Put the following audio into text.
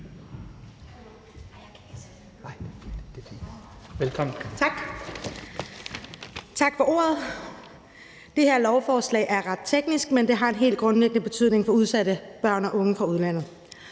Tak for ordet. Det her lovforslag er ret teknisk, men det har en helt grundlæggende betydning for udsatte børn og unge fra udlandet.